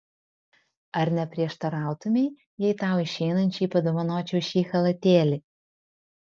ar neprieštarautumei jei tau išeinančiai padovanočiau šį chalatėlį